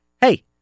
hey